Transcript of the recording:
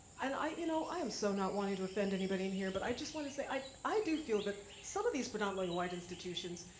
and i you know i am so not wanting to offend anybody in here, but i just wanna say, i i do feel that, some of these predominantly white institutions,